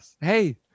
Hey